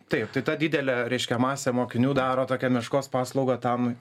taip tai ta didelė reiškia masė mokinių daro tokią meškos paslaugą tam